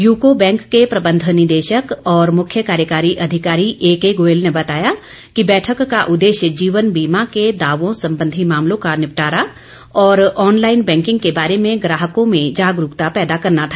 UCO bank के प्रबंध निदेशक और मुख्य कार्यकारी अधिकारी एके गोयल ने बताया कि बैठक का उद्देश्य जीवन बीमा के दावों संबंधी मामलों का निपटारा और ऑनलाईन बैंकिंग के बारे में ग्राहकों में जागरूकता पैदा करना था